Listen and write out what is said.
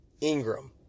Ingram